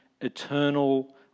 eternal